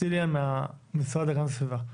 סטיליאן מהגנת הסביבה.